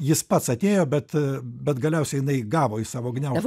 jis pats atėjo bet bet galiausiai jinai gavo į savo gniaužtus